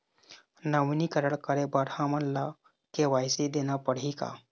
नवीनीकरण करे बर हमन ला के.वाई.सी देना पड़ही का?